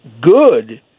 good